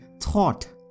thought